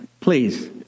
please